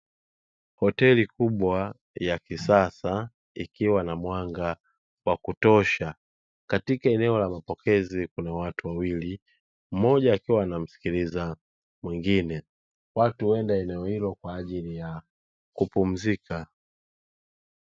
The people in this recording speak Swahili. Hoteli kubwa ya kisasa ikiwa na mwanga wa kutosha; katika eneo la mapokezi kuna watu wawili, mmoja akiwa anamsikiliza mwingine. Watu huenda eneo hilo kwaajili ya kupumzika.